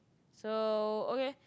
so okay